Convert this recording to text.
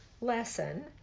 lesson